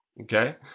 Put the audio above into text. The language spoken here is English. okay